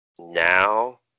Now